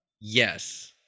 Yes